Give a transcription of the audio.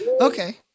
Okay